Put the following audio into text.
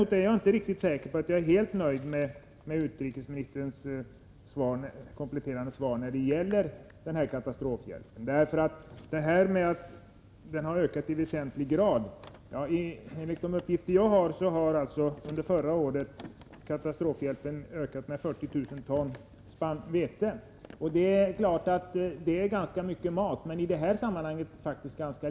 Jag är inte riktigt säker på att jag är helt nöjd med utrikesministerns kompletterande svar beträffande katastrofhjälpen. Det sägs att den skulle ha ökat i väsentlig grad. Men enligt uppgifter som jag fått har denna hjälp under förra året ökat med 40 000 ton vete. Det är ganska mycket mat men i detta sammanhang ganska litet.